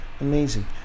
amazing